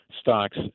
stocks